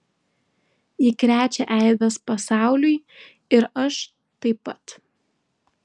ji krečia eibes pasauliui ir aš taip pat